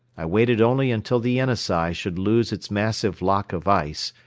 i waited only until the yenisei should lose its massive lock of ice,